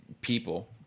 people